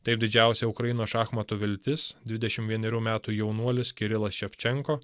taip didžiausia ukrainos šachmatų viltis dvidešim vienerių metų jaunuolis kirilas ševčenko